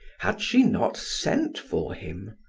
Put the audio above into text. had she not sent for him?